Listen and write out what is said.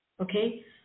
Okay